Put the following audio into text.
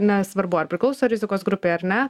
nesvarbu ar priklauso rizikos grupei ar ne